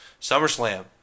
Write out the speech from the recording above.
SummerSlam